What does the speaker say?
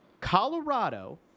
Colorado